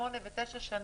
שמונה ותשע שנים.